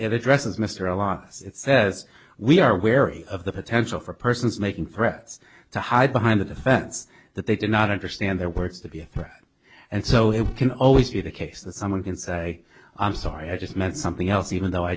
ever dress as mr a law says we are wary of the potential for persons making threats to hide behind a defense that they did not understand their words to be and so it can always be the case that someone can say i'm sorry i just meant something else even though i